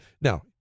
Now